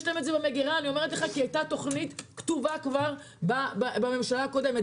יש להם את זה במגרה כי הייתה תוכנית כתובה כבר בממשלה הקודמת,